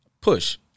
Push